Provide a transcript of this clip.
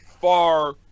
far